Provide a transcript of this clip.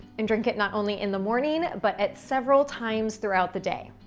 and drink it not only in the morning but at several times throughout the day.